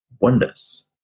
wonders